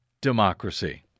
democracy